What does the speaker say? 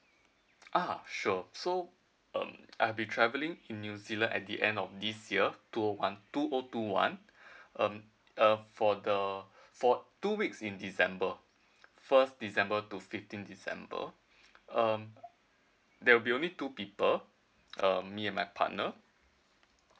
ah sure so um I'll be travelling in new zealand at the end of this year two one two O two one uh mm uh for the for two weeks in december first december to fifteen december uh there will be two people uh me and my partner